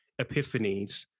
epiphanies